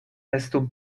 estu